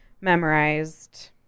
memorized